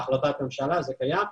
זאת החלטת ממשלה וזה קיים.